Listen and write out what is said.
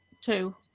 two